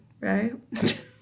right